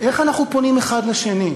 איך אנחנו פונים אחד לשני,